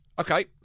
okay